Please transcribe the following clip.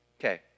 Okay